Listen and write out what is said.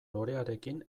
lorearekin